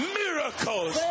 miracles